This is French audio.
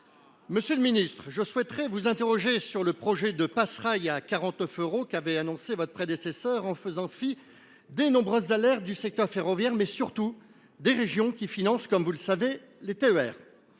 Monsieur le ministre, je souhaite vous interroger sur le projet de Pass Rail à 49 euros qu’avait annoncé votre prédécesseur, en faisant fi des nombreuses alertes du secteur ferroviaire, mais surtout de celles des régions, qui financent les TER.